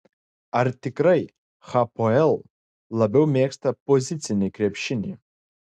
ar tikrai hapoel labiau mėgsta pozicinį krepšinį